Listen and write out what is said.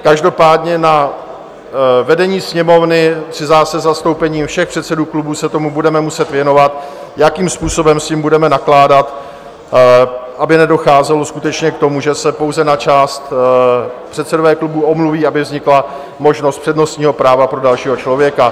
Každopádně na vedení Sněmovny se zastoupením všech předsedů klubů se tomu budeme muset věnovat, jakým způsobem s tím budeme nakládat, aby nedocházelo skutečně k tomu, že se pouze na část předsedové klubů omluví, aby vznikla možnost přednostního práva pro dalšího člověka.